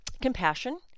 compassion